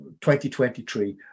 2023